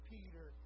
Peter